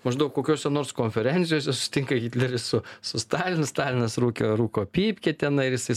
maždaug kokiose nors konferencijose susitinka hitleris su su stalinu stalinas rūke rūko pypkę tenai ir jisai